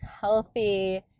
healthy